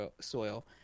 soil